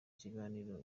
kiganiro